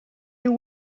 you